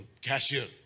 cashier